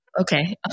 Okay